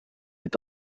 est